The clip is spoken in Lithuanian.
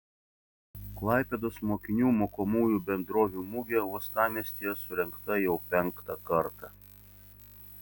klaipėdos mokinių mokomųjų bendrovių mugė uostamiestyje surengta jau penktą kartą